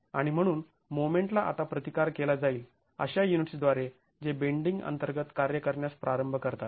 आणि म्हणून मोमेंटला आता प्रतिकार केला जाईल अशा युनिट्स द्वारे जे बेंडींग अंतर्गत कार्य करण्यास प्रारंभ करतात